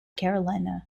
carolina